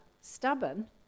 stubborn